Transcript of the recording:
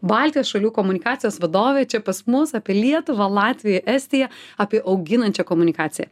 baltijos šalių komunikacijos vadovė čia pas mus apie lietuvą latviją estiją apie auginančią komunikaciją